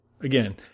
Again